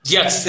Yes